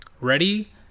Ready